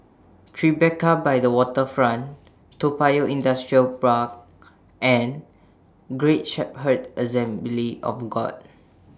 Tribeca By The Waterfront Toa Payoh Industrial Park and Great Shepherd Assembly of God